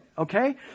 Okay